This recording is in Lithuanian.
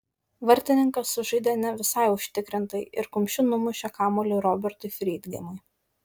vartininkas sužaidė ne visai užtikrinai ir kumščiu numušė kamuolį robertui freidgeimui